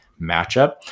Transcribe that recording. matchup